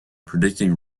predicting